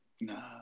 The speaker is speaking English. No